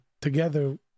together